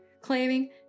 claiming